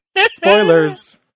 Spoilers